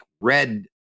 red